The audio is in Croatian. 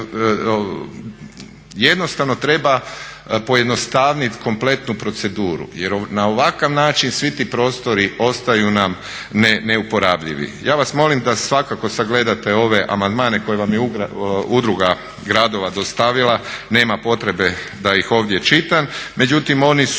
jednostavno treba pojednostavnit cijelu proceduru jer na ovakav način svi ti prostori ostaju nam neuporabljivi. Ja vas molim da svakako sagledate ove amandmane koje vam je udruga gradova dostavila, nema potrebe da ih ovdje čitam, međutim oni su